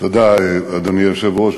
אדוני היושב-ראש,